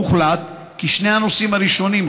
הוחלט כי שני הנושאים הראשונים,